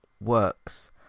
works